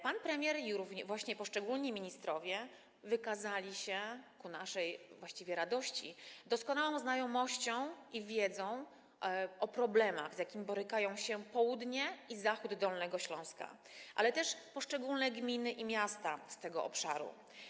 Pan premier i poszczególni ministrowie wykazali się, ku naszej właściwie radości, doskonałą znajomością, wiedzą o problemach, z jakimi borykają się południe i zachód Dolnego Śląska, ale też poszczególne gminy i miasta z tego obszaru.